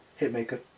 Hitmaker